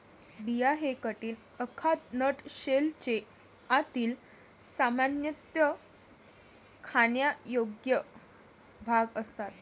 बिया हे कठीण, अखाद्य नट शेलचे आतील, सामान्यतः खाण्यायोग्य भाग असतात